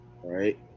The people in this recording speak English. right